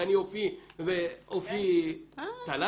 אז אופיי תל"ני?